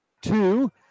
two